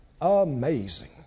Amazing